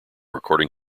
recording